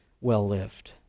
well-lived